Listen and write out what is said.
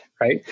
Right